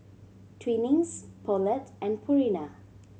Twinings Poulet and Purina